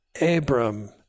Abram